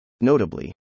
Notably